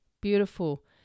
Beautiful